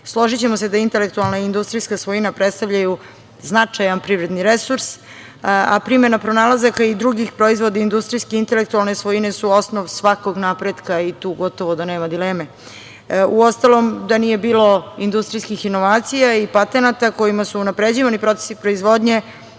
Složićemo se da intelekutalna i industrijska svojina predstavljaju značajan privredni resurs, a primena pronalazaka i drugih proizvoda industrijske i intelektualne svojine su osnov svakog napretka i tu gotovo da nema dileme. Uostalom da nije bilo industrijskih inovacija i patenata kojima su unapređivani procesi proizvodnje,